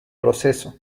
proceso